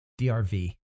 DRV